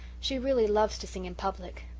she really loves to sing in public.